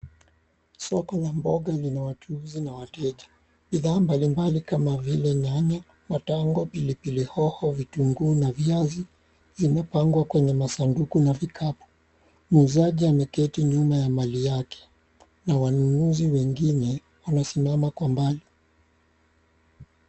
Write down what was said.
Soko la mboga lenye wachuuzi na wateja, bidhaa mbalimbali kama vile nyanya, matango, pilipili hoho, vitunguu na viazi vimepangwa kwenye masanduku na vikapu. Muuzaji ameketi nyuma ya mali yake na wanunuzi wengine wamesimama kwa mbali.